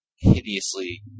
hideously